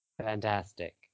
fantastic